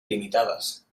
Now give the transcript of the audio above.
limitadas